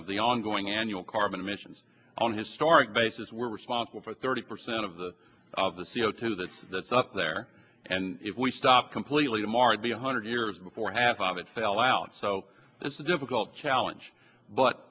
of the ongoing annual carbon emissions on historic basis we're responsible for thirty percent of the of the c o two that that's up there and if we stop completely tomorrow to be one hundred years before half of it fell out so it's a difficult challenge but